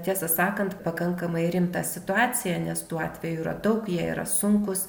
tiesą sakant pakankamai rimtą situaciją nes tų atvejų yra daug jie yra sunkūs